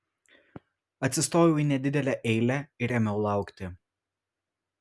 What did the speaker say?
atsistojau į nedidelę eilę ir ėmiau laukti